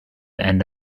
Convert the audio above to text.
and